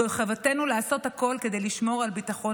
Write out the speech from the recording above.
זוהי חובתנו לעשות הכול כדי לשמור על ביטחון